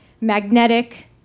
Magnetic